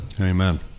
Amen